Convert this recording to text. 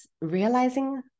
realizing